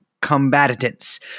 combatants